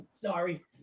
Sorry